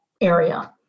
area